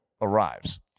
arrives